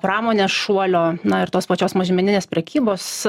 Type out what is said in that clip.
pramonė šuolio na ir tos pačios mažmeninės prekybos